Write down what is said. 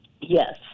Yes